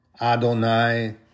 Adonai